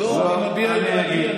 לא, אני מביע את דעתי.